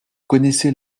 connaissez